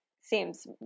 seems